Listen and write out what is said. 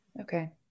Okay